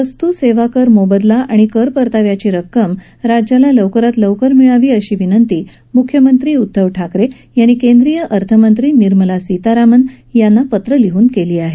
वस्तू सेवा कर मोबदला आणि कर परताव्याची रक्कम राज्याला लवकरात लवकर मिळावी अशी विनंती मुख्यमंत्री उद्धव ठाकरे यांनी केंद्रीय अर्थमंत्री निर्मला सितारामन यांना पत्रं लिहन केली आहे